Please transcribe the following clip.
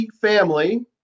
family